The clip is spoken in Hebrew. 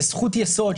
כזכות יסוד,